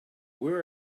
where